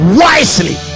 wisely